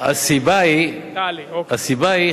הסיבה היא חברתית,